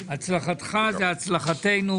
הצלחתך היא הצלחנו.